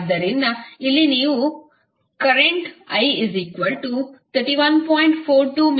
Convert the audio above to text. ಆದ್ದರಿಂದ ಇಲ್ಲಿ ನೀವು ಕರೆಂಟ್ i 31